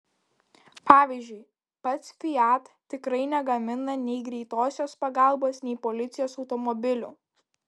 pavyzdžiui pats fiat tikrai negamina nei greitosios pagalbos nei policijos automobilių